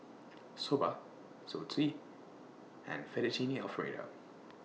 Soba Zosui and Fettuccine Alfredo